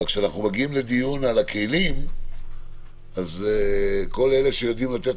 אבל כשאנחנו מגיעים לדיון על הכלים אז כל אלה שיודעים לתת